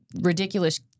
ridiculous